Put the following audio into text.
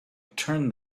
turn